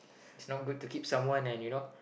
it's not good to keep someone and you know